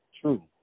True